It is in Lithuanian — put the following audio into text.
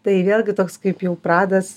tai vėlgi toks kaip jau pradas